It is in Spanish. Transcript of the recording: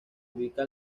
ubica